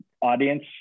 audience